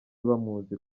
bamuzi